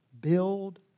build